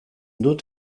dut